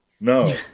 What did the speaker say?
no